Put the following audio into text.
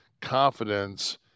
confidence